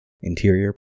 interior